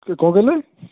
କ'ଣ କହିଲେ